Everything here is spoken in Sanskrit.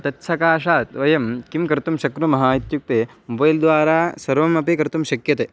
तत्सकाशात् वयं किं कर्तुं शक्नुमः इत्युक्ते मोबैल्द्वारा सर्वमपि कर्तुं शक्यते